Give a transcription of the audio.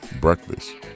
Breakfast